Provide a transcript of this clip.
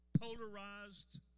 polarized